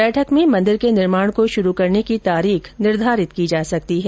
बैठक में मंदिर के निर्माण को शुरू करने की तारीख निर्धारित की जा सकती है